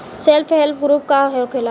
Self help group का होखेला?